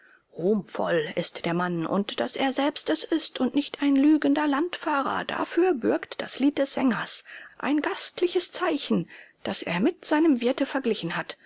ruhmvoll ist der mann und daß er selbst es ist und nicht ein lügender landfahrer dafür bürgt das lied des sängers ein gastliches zeichen das er mit seinem wirte verglichen hat